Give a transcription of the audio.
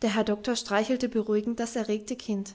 der herr doktor streichelte beruhigend das erregte kind